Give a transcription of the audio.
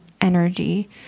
energy